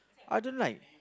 I don't like